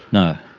no.